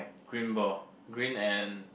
green ball green and